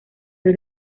del